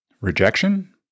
rejection